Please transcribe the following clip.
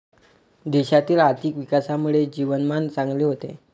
देशातील आर्थिक विकासामुळे जीवनमान चांगले होते